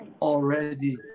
Already